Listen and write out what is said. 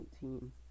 team